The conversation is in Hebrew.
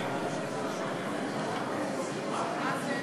חברת הכנסת